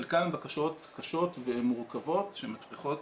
חלקן בקשות קשות ומורכבות שמצריכות